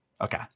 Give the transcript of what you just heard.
Okay